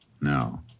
No